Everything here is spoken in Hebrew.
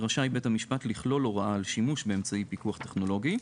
רשאי בית המשפט לכלול הוראה על שימוש באמצעי פיקוח טכנולוגי,